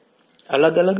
વિદ્યાર્થી અલગ અલગ